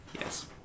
yes